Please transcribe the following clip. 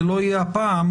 זה לא יהיה הפעם,